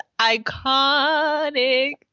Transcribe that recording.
iconic